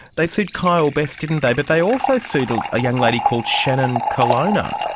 they sued kyle best, didn't they, but they also sued a ah young lady called shannon colonna.